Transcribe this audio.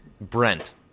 Brent